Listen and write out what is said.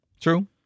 True